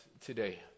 today